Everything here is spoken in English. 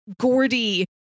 Gordy